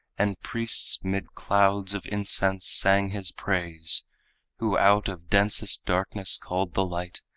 and priests mid clouds of incense sang his praise who out of densest darkness called the light,